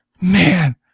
man